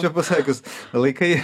čia pasakius laikai